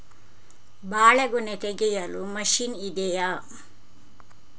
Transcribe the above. ಬಾಳೆಗೊನೆ ತೆಗೆಯಲು ಮಷೀನ್ ಇದೆಯಾ?